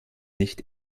nicht